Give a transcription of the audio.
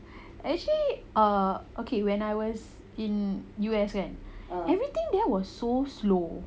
actually err okay when I was in U_S kan everything there was so slow